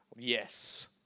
Yes